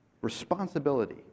responsibility